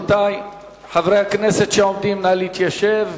חברי הכנסת שעומדים, נא להתיישב.